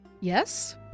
yes